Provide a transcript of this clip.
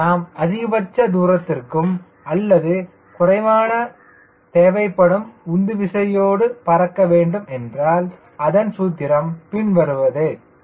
நாம் அதிகபட்ச தூரத்திற்கும் அல்லது குறைவான தேவைப்படும் உந்துவிசையோடு பறக்க வேண்டும் என்றால் அதன் சூத்திரம் பின்வருவது CLCDOK எனவே இதனுடைய மதிப்பு தோராயமானCDOK ஆகும் எனவே நான் பறக்கப் போகின்ற CL ன் மதிப்பு எனக்கு தெரியும்